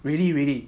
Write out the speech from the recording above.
really really